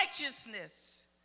righteousness